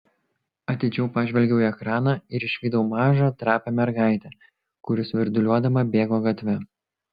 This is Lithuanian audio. atidžiau pažvelgiau į ekraną ir išvydau mažą trapią mergaitę kuri svirduliuodama bėgo gatve